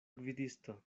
gvidisto